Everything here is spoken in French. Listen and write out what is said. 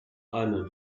anne